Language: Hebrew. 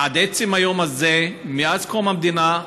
עד עצם היום הזה, מאז קום המדינה,